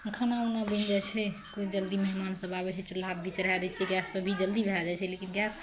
खाना ओना बनि जाइ छै केओ जल्दी मेहमान सब आबै छै चूल्हा पर भी चढ़ा दै छियै लेकिन गैस पर जल्दी भए जाइ छै लेकिन गैस